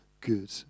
good